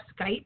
Skype